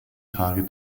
tage